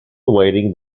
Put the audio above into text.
awaiting